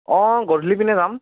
অঁ গধূলি পিনে যাম